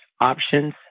options